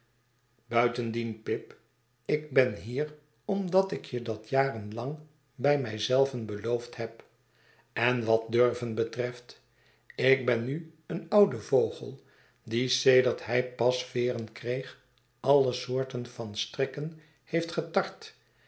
buitendien pip ik ben hier omdat ik je dat jaren lang by mij zelven beloofd heb en wat durven betreft ik ben nu een oude vogel die sedert hij pas veeren kreeg alle soorten van strikken heeft getart